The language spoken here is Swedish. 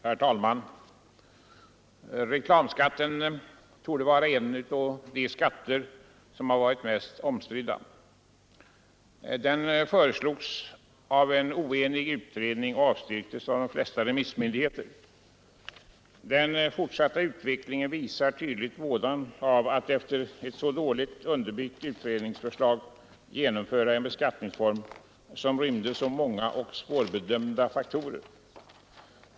Herr talman! Reklamskatten torde vara en av de skatter som varit mest omstridda. Den föreslogs av en oenig utredning och avstyrktes av de flesta remissmyndigheter. Den fortsatta utvecklingen visar tydligt vådan av att efter ett så dåligt underbyggt utredningsförslag genomföra en beskattningsform som rymde så många och svårbedömda faktorer.